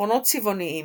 עפרונות צבעוניים,